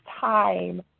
time